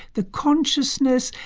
the consciousness,